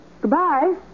Goodbye